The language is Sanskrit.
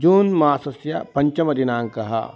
जून् मासस्य पञ्चमदिनाङ्कः